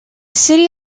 city